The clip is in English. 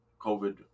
COVID